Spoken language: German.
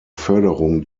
förderung